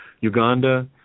Uganda